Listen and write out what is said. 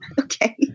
okay